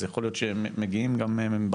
אז יכול להיות שהם מגיעים גם מבחוץ.